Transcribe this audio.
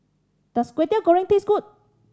does Kwetiau Goreng taste good